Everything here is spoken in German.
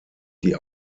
die